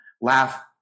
laugh